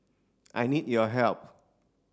I need your help